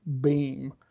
beam